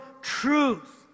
truth